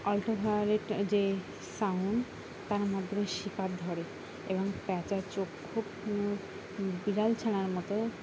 ultraviolet যে sound তার মধ্যে শিকার ধরে এবং প্যাঁচার চোখ খুব বিড়াল ছানার মতো